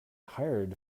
hired